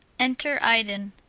enter iden.